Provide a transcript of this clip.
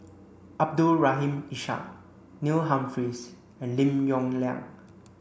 Abdul Rahim Ishak Neil Humphreys and Lim Yong Liang